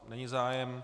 Není zájem.